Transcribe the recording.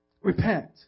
Repent